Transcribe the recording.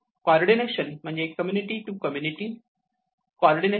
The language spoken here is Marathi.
कॉर्डीनेशन म्हणजे कम्युनिटी टू कम्युनिटी कॉर्डीनेशन